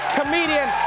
comedian